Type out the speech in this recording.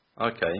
Okay